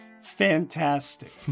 fantastic